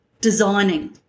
designing